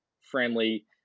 friendly